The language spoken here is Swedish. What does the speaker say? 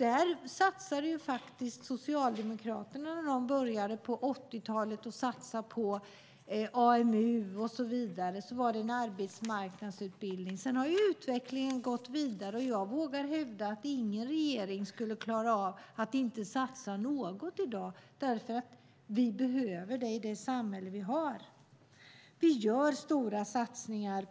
När Socialdemokraterna på 80-talet började satsa på AMU och så vidare var det en arbetsmarknadsutbildning. Sedan har utvecklingen gått vidare, och jag vågar hävda att ingen regering skulle klara av att inte satsa något i dag. Vi behöver nämligen det i det samhälle vi har. Vi gör stora satsningar